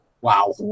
Wow